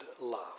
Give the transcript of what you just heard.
love